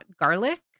garlic